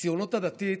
הציונות הדתית,